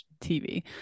TV